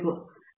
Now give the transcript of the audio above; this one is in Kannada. ಪ್ರೊಫೆಸರ್